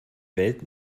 welt